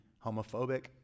homophobic